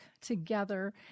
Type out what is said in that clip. together